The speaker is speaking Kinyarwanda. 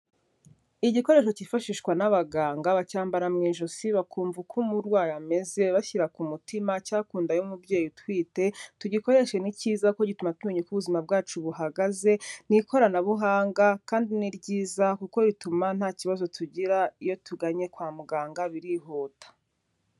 Igikoresho cyifashishwa n'abaganga, bacyambara mu ijosi bakumva uko umurwayi ameze bashyira ku mutima, cyangwa ku nda y'umubyeyi utwite. Tugikoreshe ni cyiza kuko gituma tumenya uko ubuzima bwacu buhagaze. Ni ikoranabuhanga kandi ni ryiza, kuko rituma nta kibazo tugira, iyo tuganye kwa muganga birihuta.